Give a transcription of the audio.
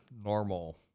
normal